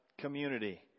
community